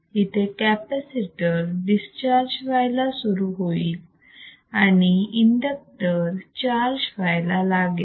इथे capacitor discharge व्हायला सुरू होईल आणि इंडक्टर चार्ज व्हायला लागेल